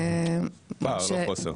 פער לא חוסר.